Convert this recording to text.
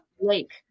lake